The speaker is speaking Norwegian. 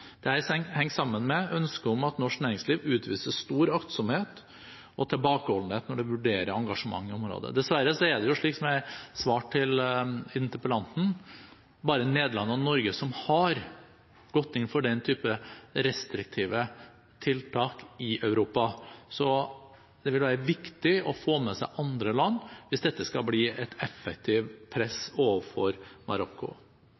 henger sammen med ønsket om at norsk næringsliv utviser stor aktsomhet og tilbakeholdenhet når man vurderer engasjement i området. Dessverre er det – som jeg svarte interpellanten – i Europa bare Nederland og Norge som har gått inn for den type restriktive tiltak. Det vil være viktig å få med seg andre land hvis det skal bli et effektivt press overfor Marokko.